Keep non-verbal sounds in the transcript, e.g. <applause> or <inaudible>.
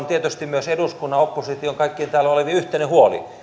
<unintelligible> tietysti myös eduskunnan opposition kaikkien täällä olevien yhteinen huoli